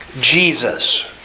Jesus